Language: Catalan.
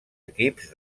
equips